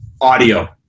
audio